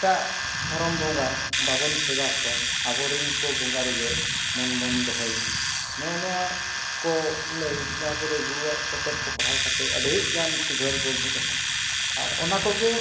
ᱮᱴᱟᱜ ᱫᱷᱚᱨᱚᱢ ᱵᱚᱸᱜᱟ ᱵᱟᱵᱚᱱ ᱥᱮᱵᱟ ᱠᱚᱣᱟ ᱟᱵᱚᱨᱮᱱ ᱠᱚ ᱵᱚᱸᱜᱟ ᱨᱮᱜᱮ ᱢᱚᱱ ᱵᱚᱱ ᱫᱚᱦᱚᱭᱟ ᱱᱚᱜ ᱱᱚᱣᱟ ᱠᱚ ᱞᱟᱹᱭ ᱡᱟᱦᱟᱸ ᱠᱚᱨᱮᱜ ᱜᱩᱨᱩᱣᱟᱜ ᱯᱚᱛᱚᱵ ᱠᱚ ᱯᱟᱲᱦᱟᱣ ᱠᱟᱛᱮᱫ ᱟᱹᱰᱤᱜᱟᱱ ᱥᱩᱫᱷᱟᱹᱨ ᱵᱚᱱ ᱦᱮᱡ ᱟᱠᱟᱱᱟ ᱟᱨ ᱚᱱᱟ ᱠᱚᱜᱮ